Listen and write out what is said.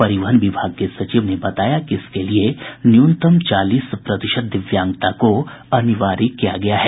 परिवहन विभाग के सचिव ने बताया कि इसके लिए न्यूनतम चालीस प्रतिशत दिव्यांगता को अनिवार्य किया गया है